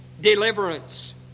deliverance